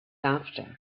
after